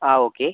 ആ ഓക്കേ